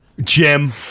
Jim